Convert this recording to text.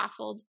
waffled